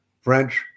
French